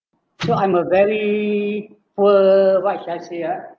so I'm a very poor what should I say ah